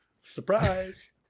Surprise